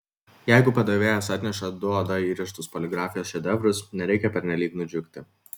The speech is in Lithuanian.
jeigu padavėjas atneša du oda įrištus poligrafijos šedevrus nereikia pernelyg nudžiugti